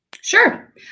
Sure